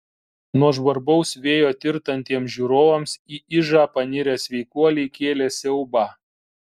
nuo žvarbaus vėjo tirtantiems žiūrovams į ižą panirę sveikuoliai kėlė siaubą